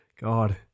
God